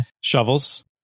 Shovels